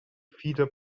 feeder